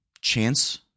chance